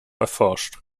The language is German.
erforscht